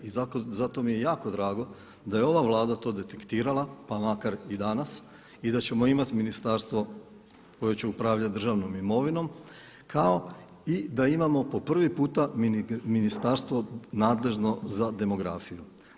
I zato mi je jako drago da je ova Vlada to detektirala pa makar i danas i da ćemo imati ministarstvo koje će upravljati državnom imovinom kao i da imamo po prvi puta ministarstvo nadležno za demografiju.